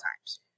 times